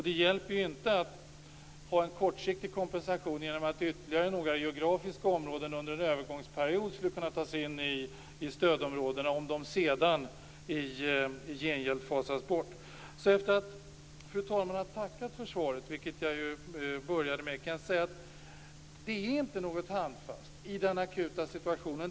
Det hjälper inte med en kortsiktig kompensation innebärande att ytterligare några geografiska regioner under en övergångsperiod tas in i stödområdena men sedan fasas bort. Jag kan som ett ytterligare sätt att kommentera svaret, fru talman, säga att det inte ger något handfast i den akuta situationen.